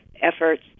efforts